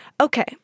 Okay